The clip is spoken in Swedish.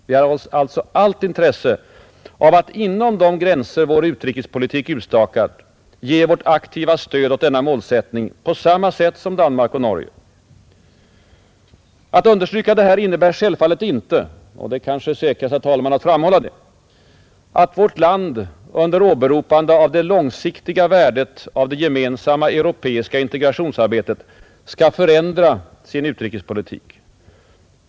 Vi har alltså allt intresse av att inom de gränser vår utrikespolitik utstakar ge vårt aktiva stöd åt denna målsättning på samma sätt som Danmark och Norge. Att understryka detta innebär självfallet inte — och det är kanske säkrast, herr talman, att framhålla det — att vårt land under åberopande av det långsiktiga värdet av det gemensamma europeiska integrationsarbetet skall förändra sin utrikespolitik.